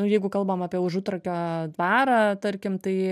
jeigu kalbam apie užutrakio dvarą tarkim tai